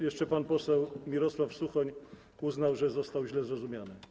Jeszcze pan poseł Mirosław Suchoń, który uznał, że został źle zrozumiany.